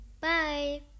bye